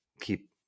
keep